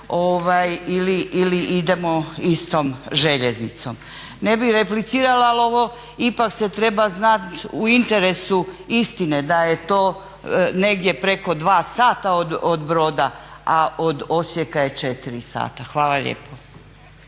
ili idemo istom željeznicom? Ne bih replicirala, ali ovo ipak se treba znati u interesu istine da je to negdje preko 2 sata od Broda, a od Osijeka je 4 sata. Hvala lijepo.